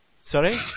Sorry